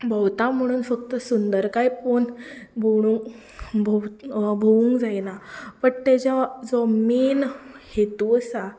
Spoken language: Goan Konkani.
भोंवता म्हणून फक्त सुंदरकाय पळोवन भोंवडू भोवूं भोवूंक जायना बट तेजो जो मेन हेतू आसा